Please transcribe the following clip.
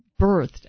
birthed